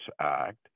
Act